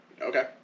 Okay